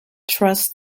trust